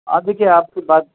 آپ دیکھیے آپ کی بات